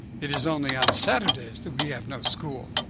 it is only on saturdays that we have no school.